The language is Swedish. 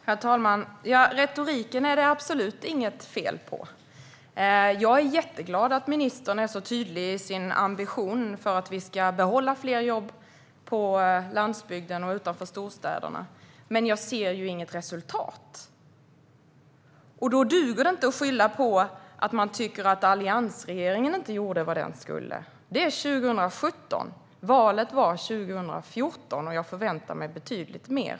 Herr talman! Retoriken är det absolut inte fel på. Jag är glad att ministern är så tydlig i sin ambition att vi ska behålla fler jobb på landsbygden och utanför storstäderna, men jag ser inget resultat. Då duger det inte att skylla på att man inte tycker att alliansregeringen gjorde vad den skulle. Det är nu 2017, och valet var 2014. Jag förväntar mig betydligt mer.